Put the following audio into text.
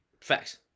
Facts